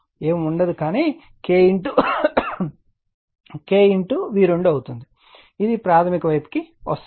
ఏమీ ఉండదు కానీ K V2 ఉంటుంది ఇది ప్రాధమిక వైపుకు వస్తుంది